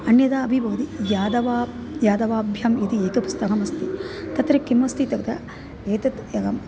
अन्यथा अपि भवति यादवः यादवाभ्युदयम् इति एकं पुस्तकम् अस्ति तत्र किमस्ति तत्र एतत् एकं